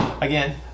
again